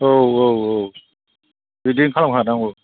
औ औ औ बिदिनो खालामखानांगौ